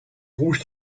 rouge